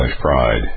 pride